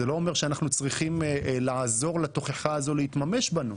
זה לא אומר שאנחנו צריכים לעזור לתוכחה הזו להתממש בנו.